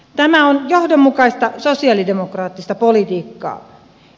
tämä on johdonmukaista sosialidemokraattista politiikkaa